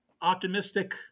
optimistic